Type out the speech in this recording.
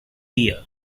year